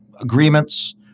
agreements